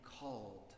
called